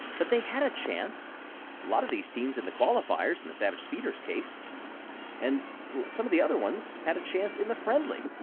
but they had a chance. a lot of these teams in the qualifiers, in the savage speeders' case and some of the other ones had a chance in the friendly.